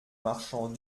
marchant